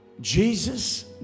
Jesus